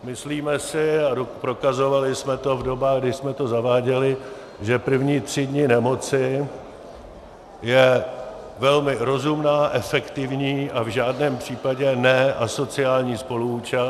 Myslíme si, a prokazovali jsme to v dobách, kdy jsme to zaváděli, že první tři dny nemoci je velmi rozumná, efektivní a v žádném případě ne asociální spoluúčast